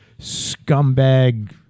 scumbag